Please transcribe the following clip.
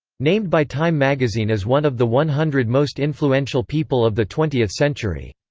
named by time magazine as one of the one hundred most influential people of the twentieth century.